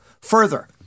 Further